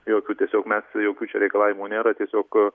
jokių tiesiog mes jokių čia reikalavimų nėra tiesiog